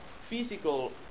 physical